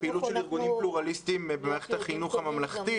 פעילות של ארגונים פלורליסטיים במערכת החינוך הממלכתית